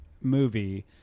movie